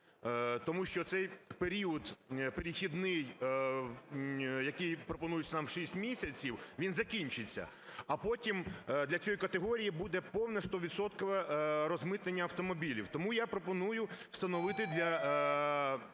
тому що цей період перехідний, який пропонується нам в 6 місяців, він закінчиться. А потім для цієї категорії буде повне 100-відсоткове розмитнення автомобілів. Тому я пропоную встановити для